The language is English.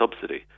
subsidy